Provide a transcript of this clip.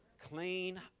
Clean